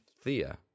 Thea